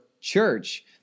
church